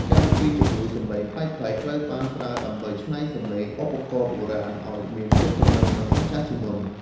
កម្មវិធីជំនួយសំឡេងប្លែកៗ ត្រូវបានប្រើដើម្បីច្នៃសំឡេងឧបករណ៍បុរាណឱ្យមានភាពទំនើប និងអស្ចារ្យជាងមុន។